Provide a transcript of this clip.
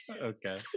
Okay